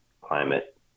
climate